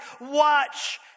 watch